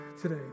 today